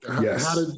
Yes